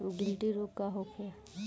गिल्टी रोग का होखे?